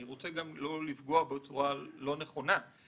ואני רוצה לא לפגוע בו בצורה לא נכונה,